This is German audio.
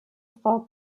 frau